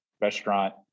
restaurant